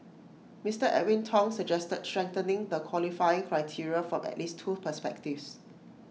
Mister Edwin Tong suggested strengthening the qualifying criteria from at least two perspectives